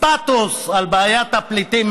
סטטוס על בעיית הפליטים,